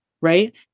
right